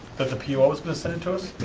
but the p o. is with santos?